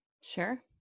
Sure